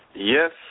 Yes